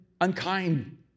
unkind